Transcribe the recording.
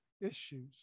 issues